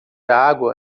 água